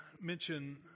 mention